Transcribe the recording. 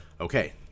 Okay